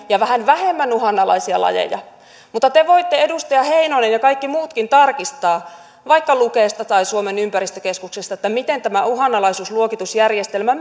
ja vähän vähemmän uhanalaisia lajeja mutta te voitte edustaja heinonen ja kaikki muutkin tarkistaa vaikka lukesta tai suomen ympäristökeskuksesta miten tämä uhanalaisuusluokitusjärjestelmä